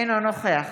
אינו נוכח